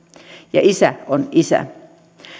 ja isä on isä